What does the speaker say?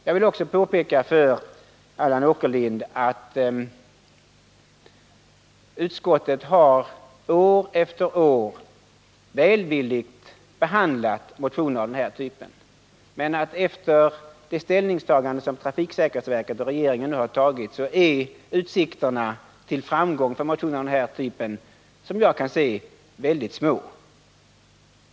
Jag vill också påpeka för Allan Åkerlind att utskottet år efter år välvilligt har behandlat motioner av denna typ men att utsikterna till framgång för sådana motioner, efter den ställning som trafiksäkerhetsverket och regeringen nu har intagit, som jag kan se det är mycket små.